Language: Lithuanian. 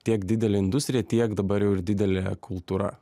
tiek didelė industrija tiek dabar jau ir didelė kultūra